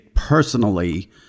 personally